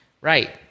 Right